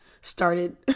started